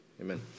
amen